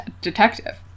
detective